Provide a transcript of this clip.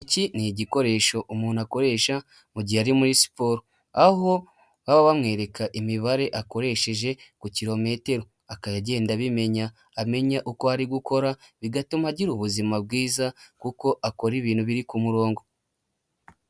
Iki ni igikoresho umuntu akoresha mu gihe ari muri siporo, aho baba bamwereka imibare akoresheje ku kiro metero, akagenda abimenya, amenya uko ari gukora bigatuma agira ubuzima bwiza kuko akora ibintu biri ku murongo.